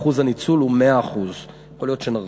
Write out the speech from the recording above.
והניצול הוא 100%. יכול להיות שנרחיב.